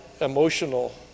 emotional